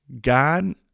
God